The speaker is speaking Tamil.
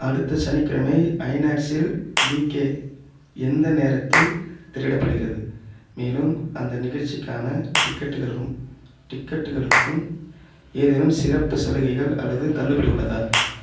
அடுத்த சனிக்கிழமை ஐநாக்ஸ்ஸில் பிகே எந்த நேரத்தில் திரையிடப்படுகிறது மேலும் அந்த நிகழ்ச்சிக்கான டிக்கெட்களும் டிக்கெட்டுகளுக்கும் ஏதேனும் சிறப்பு சலுகைகள் அல்லது தள்ளுபடி உள்ளதா